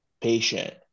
patient